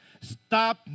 stop